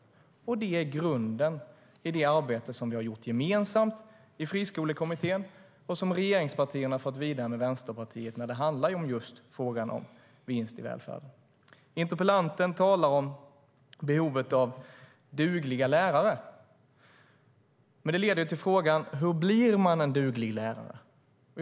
Det är grunden i det arbete som vi har gjort gemensamt i Friskolekommittén och som regeringspartierna har fört vidare med Vänsterpartiet när det handlar om just frågan om vinst i välfärden. Interpellanten talar om behovet av dugliga lärare. Det leder till frågan: Hur blir man en duglig lärare?